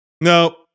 No